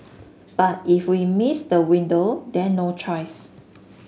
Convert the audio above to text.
but if we miss the window then no choice